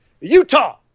Utah